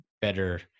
better